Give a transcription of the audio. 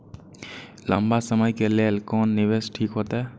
लंबा समय के लेल कोन निवेश ठीक होते?